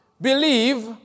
believe